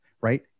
Right